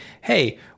Hey